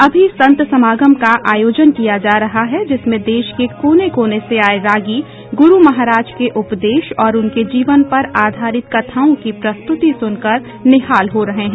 अभी संत समागम का आयोजन किया जा रहा है जिसमें देश के कोने कोने से आये रागी गुरू महाराज के उपदेश और उनके जीवन पर आधारित कथाओं की प्रस्तुति हो रही है जिसे सुनकर श्रद्धालु निहाल हो रहे हैं